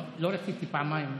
לא רציתי פעמיים להגזים.